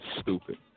stupid